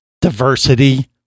diversity